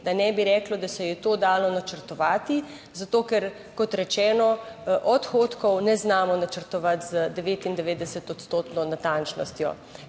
da ne bi reklo, da se je to dalo načrtovati, zato ker, kot rečeno, odhodkov ne znamo načrtovati z 99 odstotno natančnostjo.